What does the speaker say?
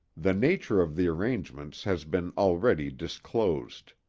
the nature of the arrangements has been already disclosed.